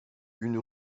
une